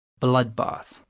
bloodbath